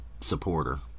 supporter